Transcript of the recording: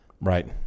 right